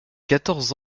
quatorze